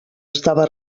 estava